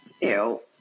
Ew